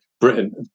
Britain